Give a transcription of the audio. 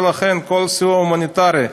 ולכן כל סיוע הומניטרי,